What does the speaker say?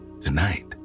Tonight